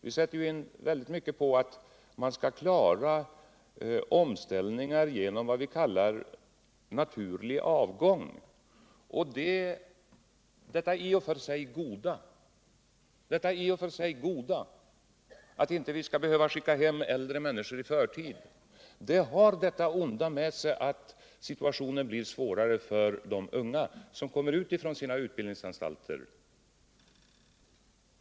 Vi håller väldigt mycket på att omställningar skall klaras genom s.k. naturlig avgång. Detta i och för sig goda att inte behöva skicka hem äldre människor i förtid har det onda med sig att situationen blir svårare för de unga som kommer ut från sina utbildningsanstalter.